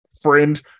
friend